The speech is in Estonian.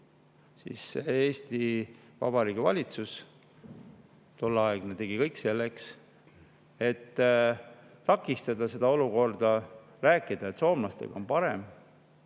Eesti Vabariigi valitsus tegi kõik selleks, et takistada seda olukorda, rääkides, et soomlastega on parem.